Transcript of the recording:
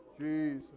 Jesus